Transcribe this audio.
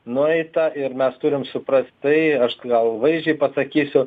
nueita ir mes turim suprast tai aš gal vaizdžiai pasakysiu